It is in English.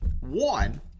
One